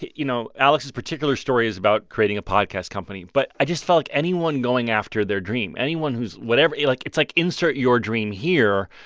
you know, alex's particular story is about creating a podcast company. but i just felt like anyone going after their dream, anyone who's whatever like it's like, insert your dream here.